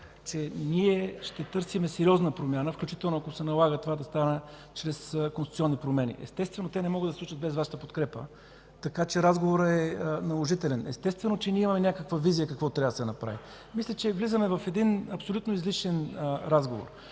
че ние ще търсим сериозна промяна, включително ако се налага това да стане чрез конституционни промени. Естествено, те не могат да се случат без Вашата подкрепа, така че разговорът е наложителен. Естествено, че имаме някаква визия какво трябва да се направи. Мисля, че влизаме в абсолютно излишен разговор.